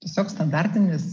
tiesiog standartinis